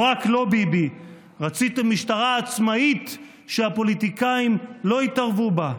או "רק לא ביבי"; רציתם משטרה עצמאית שהפוליטיקאים לא יתערבו בה.